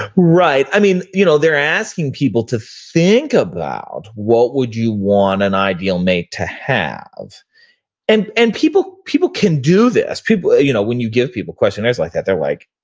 right. i mean, you know, they're asking people to think about what would you want an ideal mate to have and and people people can do this. ah you know when you give people questionnaires like that, they're like,